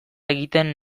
egiten